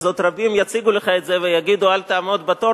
אז רבים עוד יציגו לך את זה ויגידו: אל תעמוד בתור,